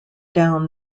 down